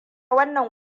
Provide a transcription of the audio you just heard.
wannan